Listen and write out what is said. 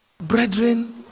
brethren